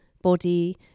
body